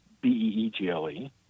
B-E-E-G-L-E